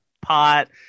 pot